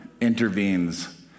intervenes